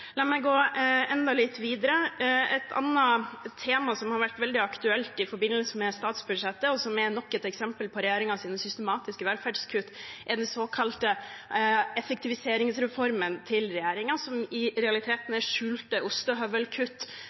La meg gå enda litt videre. Et annet tema som har vært veldig aktuelt i forbindelse med statsbudsjettet, og som er nok et eksempel på regjeringens systematiske velferdskutt, er regjeringens såkalte effektiviseringsreform, som i realiteten er skjulte ostehøvelkutt